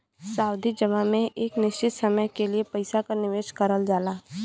सावधि जमा में एक निश्चित समय के लिए पइसा क निवेश करल जाला